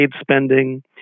spending